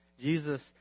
Jesus